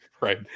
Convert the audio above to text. Right